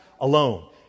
alone